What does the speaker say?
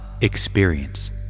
experience